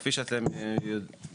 כפי שאתם יודעים,